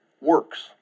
works